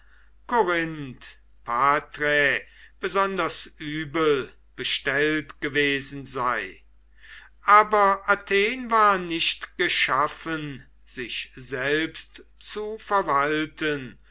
patrae besonders übel bestellt gewesen sei aber athen war nicht geschaffen sich selbst zu verwalten